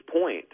point